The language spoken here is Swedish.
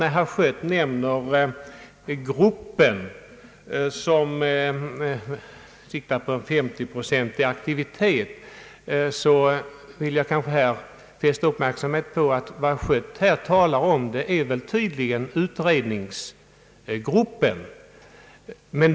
När herr Schött nämnde den grupp som siktar på 50-procentig aktivitet bör jag kanske fästa uppmärksamheten på att herr Schött tydligen talar om utredningsgruppen.